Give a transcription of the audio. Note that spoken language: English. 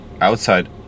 outside